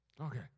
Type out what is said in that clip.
Okay